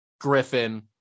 Griffin